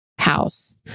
house